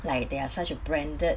like they are such a branded